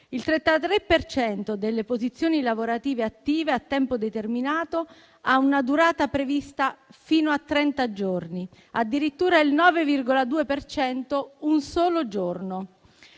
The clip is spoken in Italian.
cento delle posizioni lavorative attive a tempo determinato ha una durata prevista fino a trenta giorni e addirittura il 9,2 per cento di un